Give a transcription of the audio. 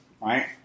right